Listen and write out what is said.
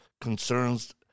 concerns